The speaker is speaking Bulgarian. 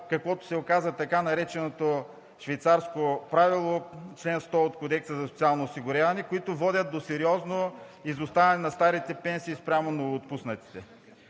каквото се оказа така нареченото швейцарско правило, чл. 100 от Кодекса за социално осигуряване, които водят до сериозно изоставане на старите пенсии спрямо ново отпуснатите.